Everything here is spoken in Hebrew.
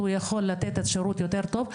הוא יכול לתת שירות יותר טוב,